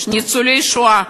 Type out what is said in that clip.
ניצולי השואה,